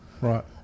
Right